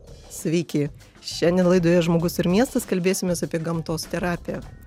sveiki šiandien laidoje žmogus ir miestas kalbėsimės apie gamtos terapiją